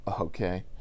okay